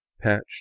patched